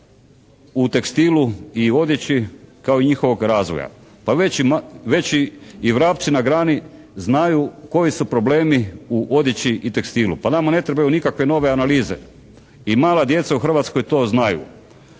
u tekstilu i odjeći kao i njihovog razvoja. Pa već i vrapci na grani znaju koji su problemi u odjeći i tekstilu. Pa nama ne trebaju nikakve nove analize. I mala djeca u Hrvatskoj to znaju